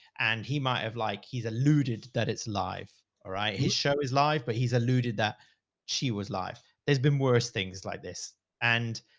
and he might have, like he's alluded that it's live all ah right. his show is live, but he's alluded that she was life. there's been worse things like this and.